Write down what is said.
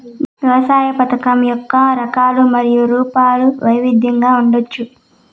వ్యవస్థాపకత యొక్క రకాలు మరియు రూపాలు వైవిధ్యంగా ఉండవచ్చు